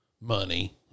money